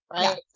right